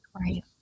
Right